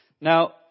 Now